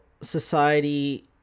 society